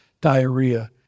diarrhea